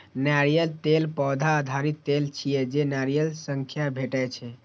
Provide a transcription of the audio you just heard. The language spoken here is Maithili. नारियल तेल पौधा आधारित तेल छियै, जे नारियल सं भेटै छै